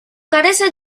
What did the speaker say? carece